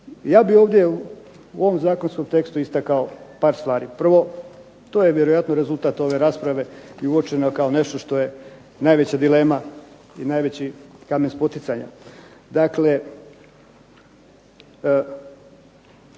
Ja bih ovdje u ovom zakonskom tekstu istakao par stvari. Prvo, to je vjerojatno rezultat ove rasprave i uočeno je kao nešto što je najveća dilema i najveći kamen spoticanja. Dakle,